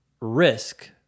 risk